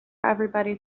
everybody